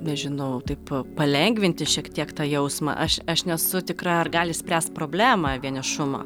nežinau taip palengvinti šiek tiek tą jausmą aš aš nesu tikra ar gali spręst problemą vienišumo